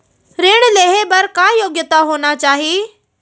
ऋण लेहे बर का योग्यता होना चाही?